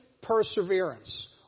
perseverance